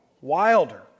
wilder